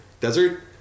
Desert